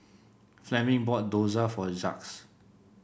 Fleming bought Dosa for Jacques